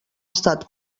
estat